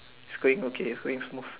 it's going okay it's going smooth